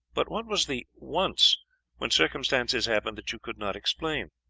but what was the once when circumstances happened that you could not explain?